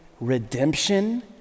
redemption